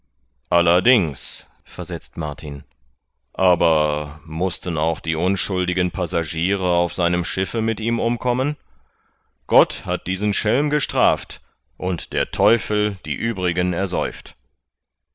allerdings versetzt martin aber mußten auch die unschuldigen passagiere auf seinem schiffe mit ihm umkommen gott hat diesen schelm gestraft und der teufel die uebrigen ersäuft